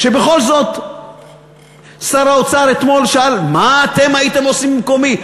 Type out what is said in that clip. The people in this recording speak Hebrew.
בכל זאת שר האוצר אתמול שאל: מה אתם הייתם עושים במקומי?